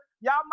Y'all